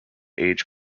age